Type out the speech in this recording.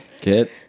Get